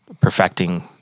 perfecting